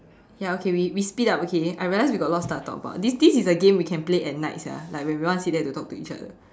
ya okay we we split up okay I realize we got a lot of stuff to talk about this this is a game we can play at night sia like when we want to sit there to talk to each other